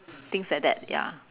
things like that ya